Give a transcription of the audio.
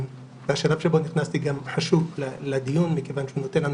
השלב שבו נכנסתי חשוב לדיון מכיוון שהוא נותן לנו